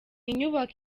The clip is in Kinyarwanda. inyubako